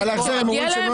בהחזר הם אומרים שהם לא